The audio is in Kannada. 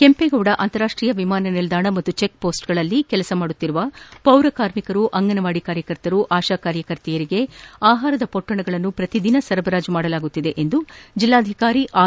ಕೆಂಪೇಗೌಡ ಅಂತಾರಾಷ್ಟೀಯ ವಿಮಾನ ನಿಲ್ದಾಣ ಮತ್ತು ಚೆಕ್ಮೋಸ್ಗಳಲ್ಲಿ ಕಾರ್ಯನಿರ್ವಒಸುತ್ತಿರುವ ಪೌರಕಾರ್ಮಿಕರು ಅಂಗನವಾಡಿ ಕಾರ್ಯಕರ್ತರು ಆಶಾಕಾರ್ಯಕರ್ತೆಯರಿಗೆ ಆಪಾರದ ಮೊಟ್ಟಣಗಳನ್ನು ಪ್ರತಿ ದಿನವೂ ಸರಬರಾಜು ಮಾಡಲಾಗುತ್ತಿದೆ ಎಂದು ಜಿಲ್ಲಾಧಿಕಾರಿ ಆರ್